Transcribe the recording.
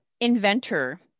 inventor